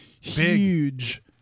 huge